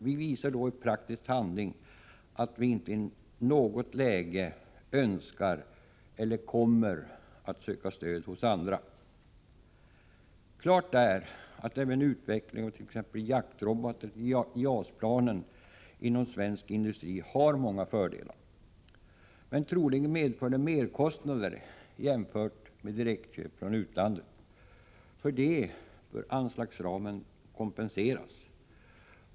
Vi visar då i praktisk handling att vi inte i något läge önskar eller kommer att söka stöd hos andra. Klart är att utveckling av t.ex. jaktrobotar till JAS-planet inom svensk industri har många fördelar. Men troligen medför det merkostnader jämfört med direktköp från utlandet. Därför bör anslagsramen kompenseras.